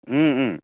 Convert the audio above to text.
ও ও